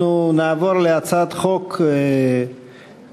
אנחנו נעבור להצעת חוק פ/1385,